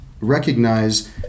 recognize